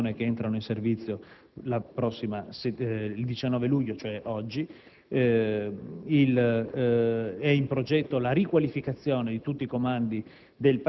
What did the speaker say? persone che entrano in servizio il 19 luglio (quindi, oggi). Inoltre, è in progetto la riqualificazione di tutti i comandi